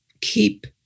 keep